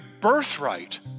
birthright